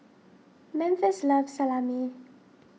Memphis loves Salami